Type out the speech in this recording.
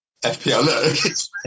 FPL